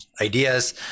ideas